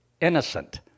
innocent